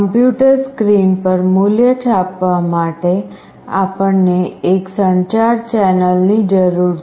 computer screen પર મૂલ્ય છાપવા માટે આપણને એક સંચાર ચેનલની જરૂર છે